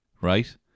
right